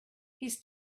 his